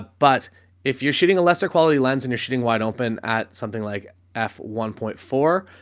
but if you're shooting a lesser quality lens and you're shooting wide open at something like f one point four,